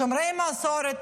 שומרי מסורת.